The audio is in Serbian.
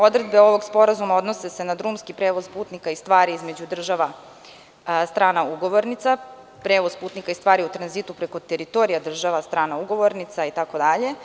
Odredbe ovog sporazuma odnose se na drumski prevoz putnika i stvari između država strana ugovornica, prevoz putnika i stvari u tranzitu preko teritorija država strana ugovornica itd.